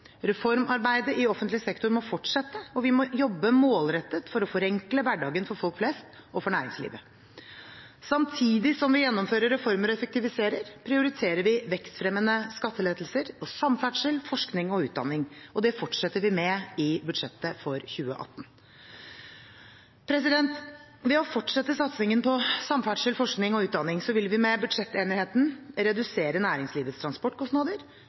Reformarbeidet i offentlig sektor må fortsette, og vi må jobbe målrettet for å forenkle hverdagen for folk flest og for næringslivet. Samtidig som vi gjennomfører reformer og effektiviserer, prioriterer vi vekstfremmende skattelettelser og samferdsel, forskning og utdanning. Det fortsetter vi med i budsjettet for 2018. Ved å fortsette satsingen på samferdsel, forskning og utdanning vil vi med budsjettenigheten redusere næringslivets transportkostnader,